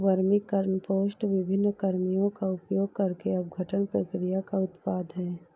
vermicompost विभिन्न कृमियों का उपयोग करके अपघटन प्रक्रिया का उत्पाद है